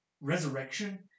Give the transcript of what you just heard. resurrection